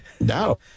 no